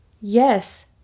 yes